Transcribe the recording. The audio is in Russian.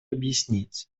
объяснить